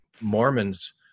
Mormons